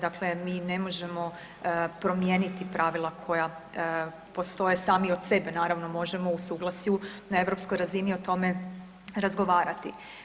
Dakle, mi ne možemo promijeniti pravila koja postoje sami od sebe, naravno možemo u suglasju na europskoj razini o tome razgovarati.